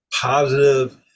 positive